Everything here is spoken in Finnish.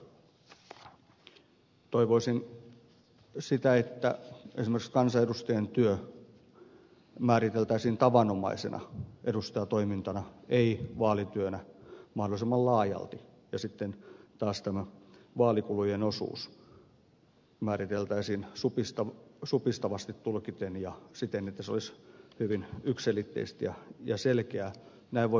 toivoisin sitä että esimerkiksi kansanedustajan työ määriteltäisiin tavanomaisena edustajatoimintana ei vaalityönä mahdollisimman laajalti ja sitten taas tämä vaalikulujen osuus määriteltäisiin supistavasti tulkiten ja siten että se olisi hyvin yksiselitteistä ja selkeää